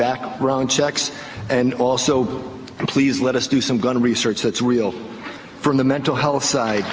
background checks and also please let us do some going to research that's real from the mental health side